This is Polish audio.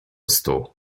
stu